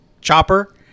chopper